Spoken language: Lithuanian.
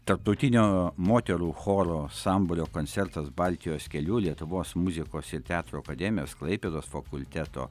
tarptautinio moterų choro sambūrio koncertas baltijos keliu lietuvos muzikos ir teatro akademijos klaipėdos fakulteto